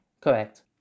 Correct